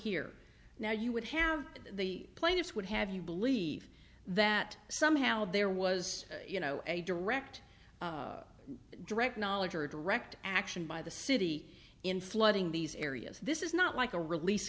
here now you would have the plaintiffs would have you believe that somehow there was you know a direct direct knowledge or direct action by the city in flooding these areas this is not like a release